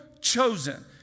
chosen